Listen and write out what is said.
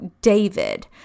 David